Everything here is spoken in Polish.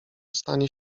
stanie